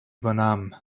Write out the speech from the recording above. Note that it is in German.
übernahm